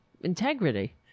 integrity